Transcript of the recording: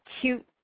cute